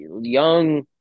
young